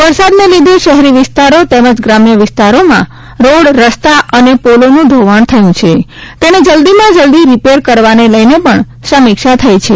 વરસાદને લીધે શહેરી વિસ્તારો તેમજ ગ્રામ્ય વિસ્તારોમાં રોડ રસ્તા અને પૂલોનું ધોવાણ થયું છે તેને જલ્દી માં જલ્દી રીપેર કરવાને લઈને પણ સમીક્ષા થઈ છે